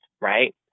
right